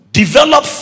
develop